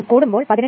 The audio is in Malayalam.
കൂടുമ്പോൾ 18